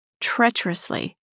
treacherously